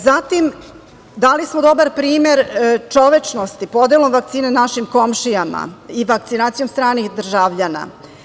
Zatim, dali smo dobar primer čovečnosti, podelom vakcina našim komšijama i vakcinacijom stranih državljana.